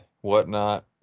whatnot